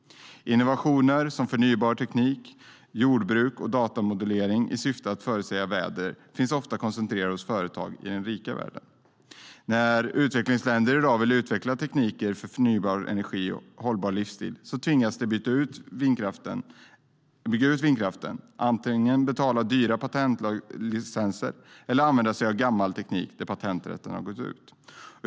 Innovationer inom förnybar teknik, jordbruk och datamodulering i syfte att förutsäga väder finns ofta koncentrerade hos företag i den rika världen. När utvecklingsländer i dag vill utveckla tekniker för förnybar energi och hållbar livsstil tvingas de, om de vill bygga ut vindkraften, antingen betala dyra patentlicenser eller använda gammal teknik där patenträtten har gått ut.